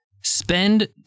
spend